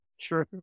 true